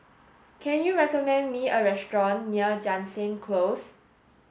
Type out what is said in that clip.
can you recommend me a restaurant near Jansen Close